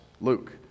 Luke